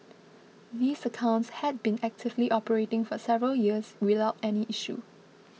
these accounts had been actively operating for several years without any issues